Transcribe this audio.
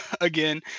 again